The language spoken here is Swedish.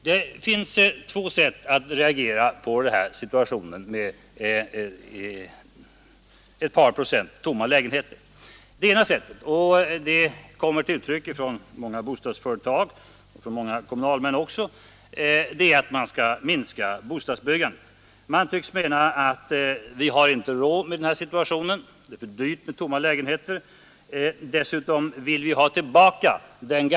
Det finns två sätt att reagera på den här situationen med ett par procent tomma lägenheter. Det ena sättet — det kommer till uttryck från många företag och från många kommunalmän också — är att man skall minska bostadsbyggandet. Man tycks mena att vi har inte råd med den här situationen — det är för dyrt med tomma lägenheter.